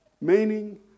meaning